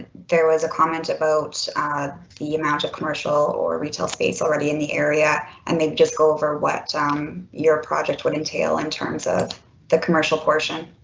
there was a comment about the amount of commercial or retail space already in the area and maybe just go over what um your project would entail in terms of the commercial portion.